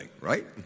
right